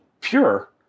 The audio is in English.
pure